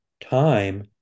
time